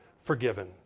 forgiven